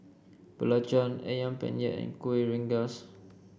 Belacan ayam Penyet and Kueh Rengas